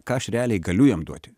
ką aš realiai galiu jam duoti